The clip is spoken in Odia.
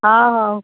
ହଁ ହଉ